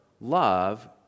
love